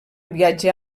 viatge